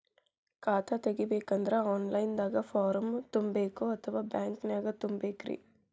ಖಾತಾ ತೆಗಿಬೇಕಂದ್ರ online ದಾಗ ಫಾರಂ ತುಂಬೇಕೊ ಅಥವಾ ಬ್ಯಾಂಕನ್ಯಾಗ ತುಂಬ ಬೇಕ್ರಿ?